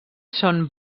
són